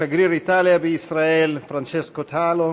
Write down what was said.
שגריר איטליה בישראל פרנצ'סקו טלו,